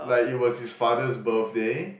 like it was his Father's birthday